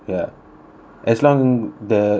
as long the